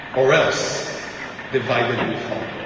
or else divided we fall